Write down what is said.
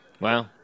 Wow